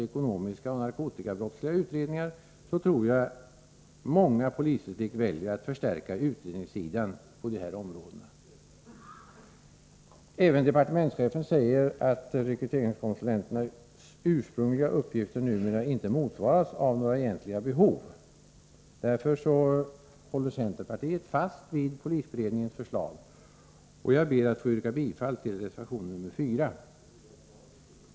.utredningar av ekonomiska brott och narkotikabrott; tror jag många polisdistrikt väljer att förstärka utredningssidan, Även departementschefen säger att rekryteringsr konsulenternas ursprungliga uppgifter numera.inte , motsvaras, av, några, egentliga behov; Centerpartiet-står därför fast vid.polisberedningens förslag. Jag ber att få yrka bifalltill reservation nr,4.